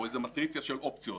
או איזו מטריצה של אופציות,